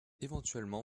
éventuellement